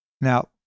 Now